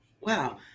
Wow